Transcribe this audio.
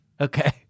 okay